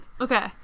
Okay